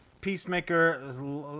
Peacemaker